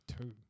two